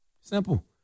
Simple